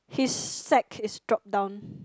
his sack is dropped down